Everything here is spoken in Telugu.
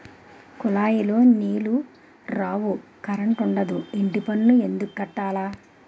కులాయిలో నీలు రావు కరంటుండదు ఇంటిపన్ను ఎందుక్కట్టాల